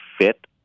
fit